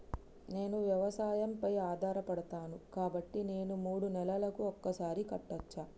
నేను వ్యవసాయం పై ఆధారపడతాను కాబట్టి నేను మూడు నెలలకు ఒక్కసారి కట్టచ్చా?